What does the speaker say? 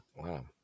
Wow